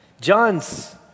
John's